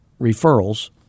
referrals